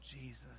Jesus